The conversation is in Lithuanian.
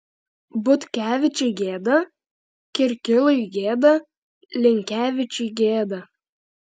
butkevičiui gėda kirkilui gėda linkevičiui gėda